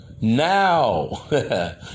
Now